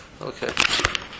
Okay